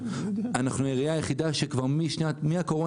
אנחנו העירייה היחידה שכבר מהקורונה,